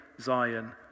Zion